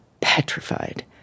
petrified